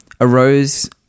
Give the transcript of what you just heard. arose